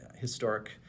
historic